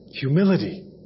humility